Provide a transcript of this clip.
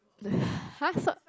the !huh! so